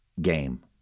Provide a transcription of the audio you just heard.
game